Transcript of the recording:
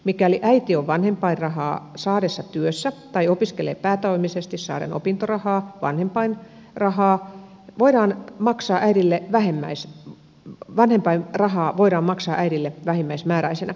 mikäli äiti on vanhempainrahaa saadessaan työssä tai opiskelee päätoimisesti saaden opintorahaa vanhempain rahaa voidaan maksaa äidille vähennys on vanhempainrahaa voidaan maksaa äidille vähimmäismääräisenä